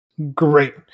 great